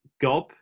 Gob